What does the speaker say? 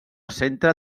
centre